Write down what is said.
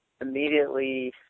immediately